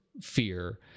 fear